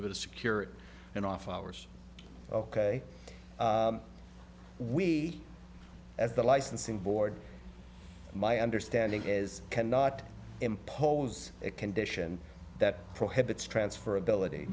able to secure it and off hours ok we as the licensing board my understanding is cannot impose a condition that prohibits transfer ability